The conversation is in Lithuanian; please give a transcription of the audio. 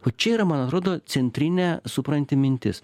o čia yra man atrodo centrinė supranti mintis